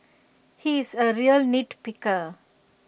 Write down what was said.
he is A real nitpicker